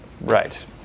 Right